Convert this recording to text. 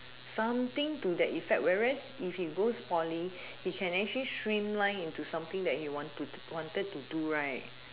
something to that effect whereas if he goes poly he can actually streamline into something that he want to do that he wanted to do right